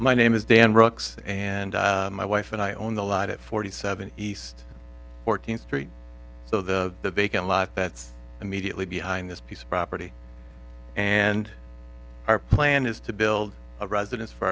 my name is dan rocks and my wife and i own the lot at forty seven east fourteenth street so the the vacant lot that's immediately behind this piece of property and our plan is to build a residence for